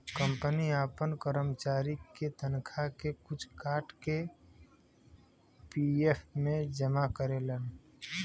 company आपन करमचारी के तनखा के कुछ काट के पी.एफ मे जमा करेलन